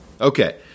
Okay